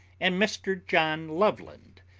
and mr john loveland,